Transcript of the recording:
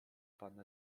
pan